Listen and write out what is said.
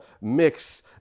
mix